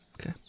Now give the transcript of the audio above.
Okay